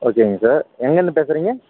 ஓகேங்க சார் எங்கிருந்து பேசுகிறீங்க